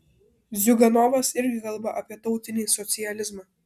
ziuganovas irgi kalba apie tautinį socializmą